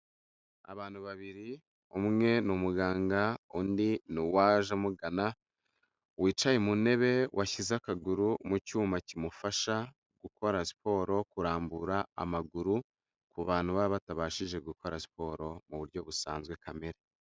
Abantu babiri, umwe ni umuganga undi ni uwaje amugana, wicaye mu ntebe, washyize akaguru mu cyuma kimufasha gukora siporo, kurambura amaguru ku bantu baba batabashije gukora siporo mu buryo busanzwe kamere.